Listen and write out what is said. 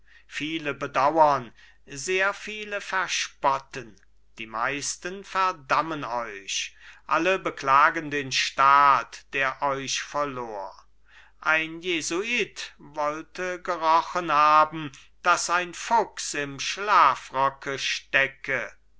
viele bedauern sehr viele verspotten die meisten verdammen euch alle beklagen den staat der euch verlor ein jesuit wollte gerochen haben daß ein fuchs im schlafrocke stecke